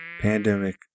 Pandemic